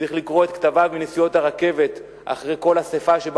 צריך לקרוא את כתביו בנסיעות הרכבת אחרי כל אספה שבה